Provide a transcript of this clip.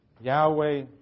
Yahweh